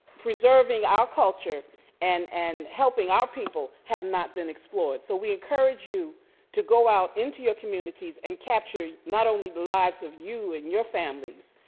preserving our culture and and helping our people have not been explored. so we encourage you to go out into your communities and capture not only the lives of you and your families,